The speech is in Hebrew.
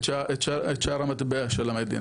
את שער המטבע של המדינה,